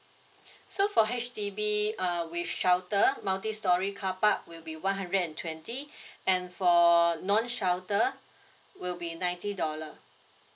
so for H_D_B uh with shelter multistorey carpark will be one hundred and twenty and for non shelter will be ninety dollar